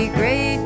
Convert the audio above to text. great